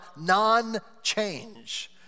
non-change